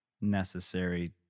necessary